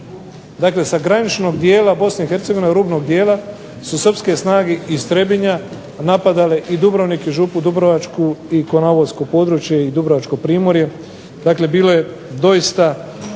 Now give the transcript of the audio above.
dakle sa graničnog dijela BiH rubnog dijela, su srpske snage iz Trebinja napadale i Dubrovnik i župu Dubrovačku i KOnavalsko područje i Dubrovačko primorje, dakle bilo je doista